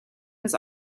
has